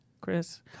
Chris